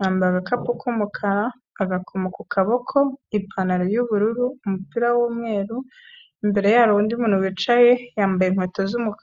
Yambaye agakapu k'umukara, agakomo ku kaboko, ipantaro y'ubururu, umupira w'umweru. Imbere ye hari undi muntu wicaye yambaye inkweto z'umukara.